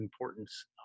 importance